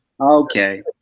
Okay